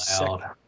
loud